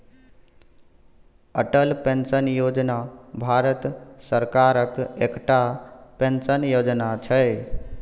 Atal pension Yojana Bharat सरकारक एकटा pension योजना छै